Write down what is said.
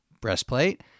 breastplate